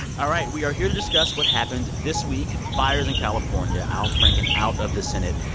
all right, we are here to discuss what happened this week fires in california, al franken out of the senate.